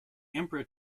emperor